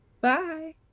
Bye